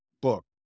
book